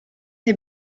des